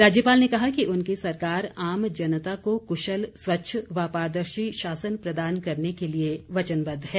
राज्यपाल ने कहा कि उनकी सरकार आम जनता को कुशल स्वच्छ व पारदर्शी शासन प्रदान करने के लिए वचनबद्ध है